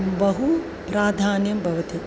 बहु प्राधान्यं भवति